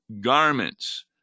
garments